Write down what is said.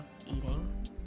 eating